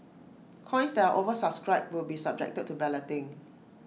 coins that are oversubscribed will be subjected to balloting